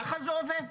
ככה זה עובד.